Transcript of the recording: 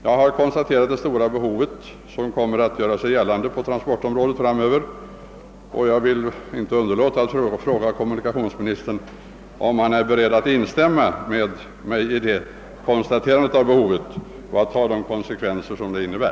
Jag har konstaterat det stora behov som kommer att göra sig gällande på transportområdet framöver och vill inte underlåta att fråga kommunikationsministern, om han är beredd att instämma i detta konstaterande och ta de konsekvenser som det innebär.